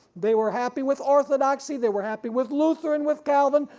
they were happy with orthodoxy, they were happy with lutheran, with calvin,